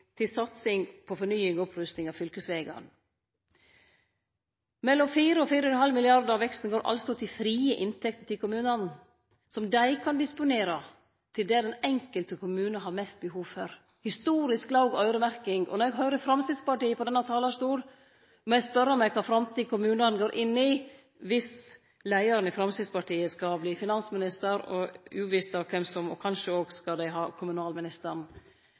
til satsing på fornying og opprusting av fylkesvegane. Mellom 4 mrd. kr og 4,5 mrd. kr av veksten går til frie inntekter til kommunane – som dei kan disponere til det den enkelte kommunen har mest behov for. Det er historisk låg øyremerking. Når eg høyrer Framstegspartiet frå denne talarstolen, må eg spørje meg kva framtid kommunane går inn i viss leiaren i Framstegspartiet skal verte finansminister, og kanskje skal dei òg ha kommunalministeren.